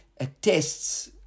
attests